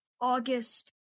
august